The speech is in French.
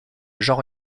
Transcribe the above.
genre